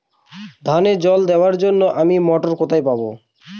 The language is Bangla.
ধানে জল দেবার জন্য আমি মটর কোথায় পাবো?